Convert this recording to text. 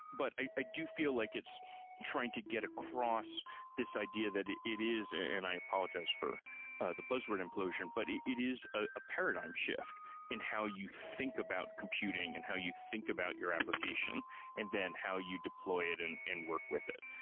but i i do feel like it's trying to get across this idea that it it is, and i apologize for the buzzword implosion, but it it is a paradigm shift in how you think about computing and how you think about your application and then how you deploy it and work with it.